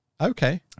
Okay